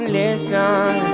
listen